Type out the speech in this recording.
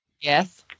Yes